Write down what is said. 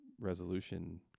resolution